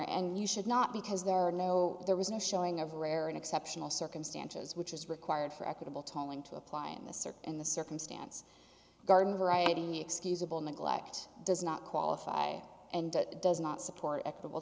and you should not because there are no there was no showing of rare and exceptional circumstances which is required for equitable tolling to apply in the circuit in the circumstance garden variety excusable neglect does not qualify and does not support